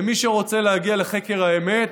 ומי שרוצה להגיע לחקר האמת,